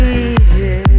easy